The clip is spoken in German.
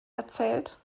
erzählt